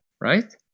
right